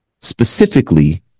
specifically